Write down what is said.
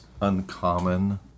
uncommon